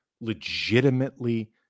legitimately